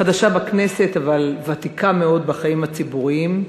חדשה בכנסת אבל ותיקה מאוד בחיים הציבוריים,